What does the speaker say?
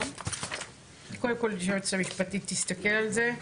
שקודם כל היועצת המשפטית תסתכל עליו.